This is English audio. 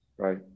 Right